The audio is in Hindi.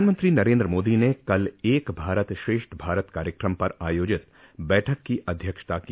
प्रधामंत्री नरेन्द्र मोदी ने कल एक भारत श्रेष्ठ भारत कार्यक्रम पर आयोजित बैठक की अध्यक्षता की